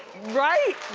right?